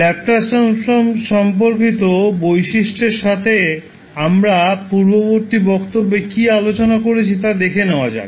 Laplace transform সম্পর্কিত বৈশিষ্ট্যের সাথে আমরা পূর্ববর্তী বক্তব্যে কী আলোচনা করেছি তা দেখে নেওয়া যাক